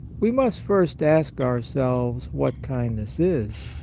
we must first ask ourselves what kind ness is.